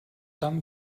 dann